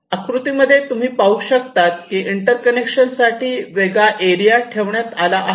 आकृतीमध्ये तुम्ही पाहू शकतात कि इंटर्कनेक्शन साठी वेगळा एरिया ठेवण्यात आला आहे